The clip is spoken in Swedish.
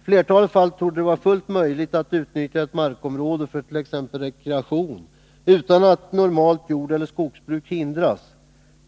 I flertalet fall torde det vara fullt möjligt att utnyttja ett markområde för t.ex. rekreation utan att ett normalt jordeller skogsbruk hindras.